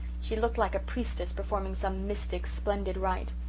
she looked like a priestess performing some mystic, splendid rite.